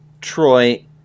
Troy